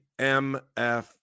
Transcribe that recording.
mf